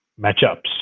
matchups